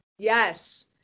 Yes